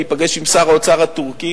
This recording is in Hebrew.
להיפגש עם שר האוצר הטורקי